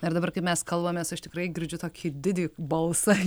ir dabar kai mes kalbamės aš tikrai girdžiu tokį didį balsą